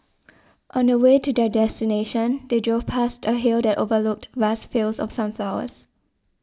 on the way to their destination they drove past a hill that overlooked vast fields of sunflowers